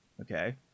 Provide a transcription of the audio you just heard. Okay